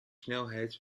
snelheid